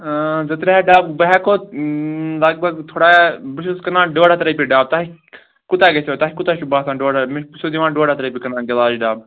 اۭں زٕ ترٛےٚ ہَتھ ڈبہٕ بہٕ ہیٚکو لگ بھگ تھوڑا بہٕ چھُس کٕنان ڈۄڈ ہتھ رۄپیہِ ڈبہٕ تۄہہِ کوٗتاہ گژھیٚو تۄہہِ کوٗتاہ چھُ بَاسان ڈۄڈ ہتھ مے بہٕ چھِسو دِوان ڈۄڈ ہتھ رۄپیہِ کٕنان گِلاس ڈبہٕ